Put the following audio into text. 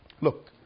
Look